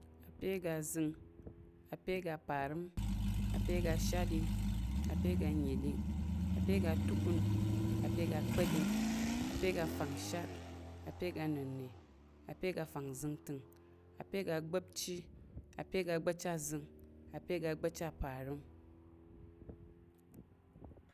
Apye aga azəng, apye aga parəm, apye aga shatɗing, apye aga anəɗing, apye aga atukun, apye aga kpa̱ɗing, apye aga afangshat, apye aga anənna̱, apye aga fangzəngtəng, apye aga agba̱pchi, apye aga agba̱pchi azəng, apye aga agba̱pchi apareɲ,